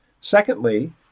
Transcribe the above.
Secondly